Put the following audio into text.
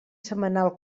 setmanal